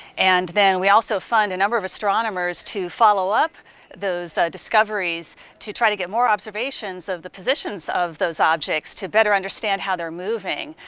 and then we also fund a number of astronomers to follow up those discoveries to try to get more observations of the positions of those objects to better understand how they're moving.